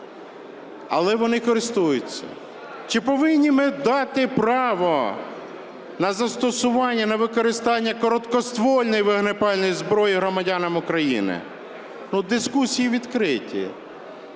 Але вони користуються. Чи повинні ми дати право на застосування, на використання короткоствольної вогнепальної зброї громадянам України? Тут дискусії відкриті.